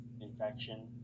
infection